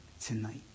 tonight